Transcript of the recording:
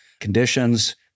conditions